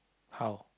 how